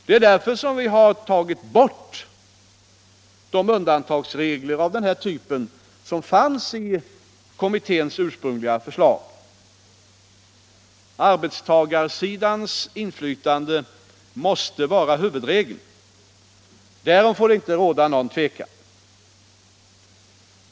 Det är därför som vi har tagit bort de undantagsregler av den typ som fanns i kommitténs ursprungliga förslag. Arbetstagarsidans inflytande måste vara huvudregeln. Därom får inte råda någon tvekan.